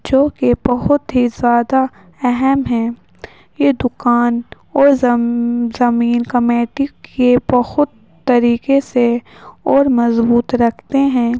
جو کہ بہت ہی زیادہ اہم ہیں یہ دکان اور زمین کمیٹی کے بہت طریقے سے اور مضبوط رکھتے ہیں